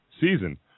season